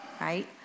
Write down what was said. right